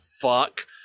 fuck